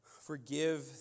...forgive